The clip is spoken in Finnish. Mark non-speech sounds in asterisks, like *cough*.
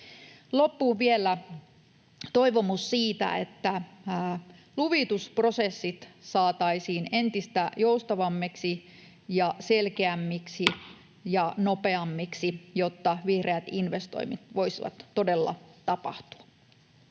Loppuun vielä toivomus siitä, että luvitusprosessit saataisiin entistä joustavammiksi ja selkeämmiksi *noise* ja nopeammiksi, jotta vihreät investoinnit voisivat todella tapahtua.